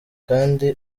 kandi